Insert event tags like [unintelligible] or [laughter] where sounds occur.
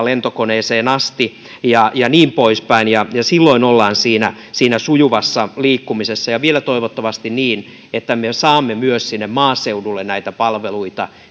[unintelligible] lentokoneeseen asti ja ja niin poispäin silloin ollaan siinä siinä sujuvassa liikkumisessa ja vielä toivottavasti niin että me saamme myös sinne maaseudulle näitä palveluita